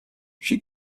she